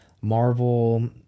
Marvel